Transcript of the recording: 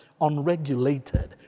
Unregulated